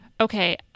Okay